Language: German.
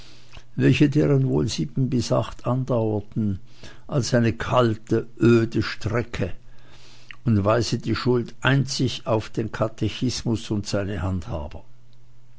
welche deren wohl sieben bis achte andauerte als eine kalte öde strecke und weise die schuld einzig auf den katechismus und seine handhaber